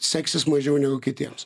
seksis mažiau negu kitiems